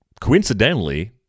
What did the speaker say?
coincidentally